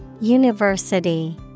University